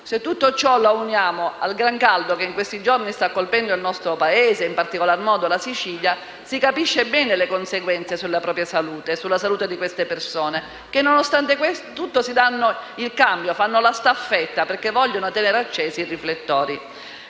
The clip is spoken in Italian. Se tutto ciò lo si unisce al gran caldo che in questi giorni sta colpendo il nostro Paese e, in particolare, la Sicilia, si comprendono le conseguenze sulla salute di queste persone che, nonostante tutto, si danno il cambio per questa staffetta perché vogliono tenere accesi i riflettori.